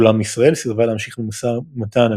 אולם ישראל סירבה להמשיך במשא ומתן על